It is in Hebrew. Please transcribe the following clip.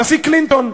הנשיא קלינטון,